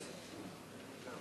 22),